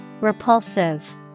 Repulsive